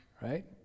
Right